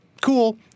Cool